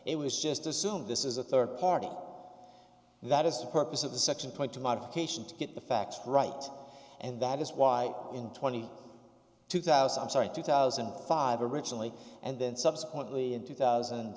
it was just assumed this is a third party that is the purpose of the second point to modification to get the facts right and that is why in twenty two thousand i'm sorry two thousand and five originally and then subsequently in two thousand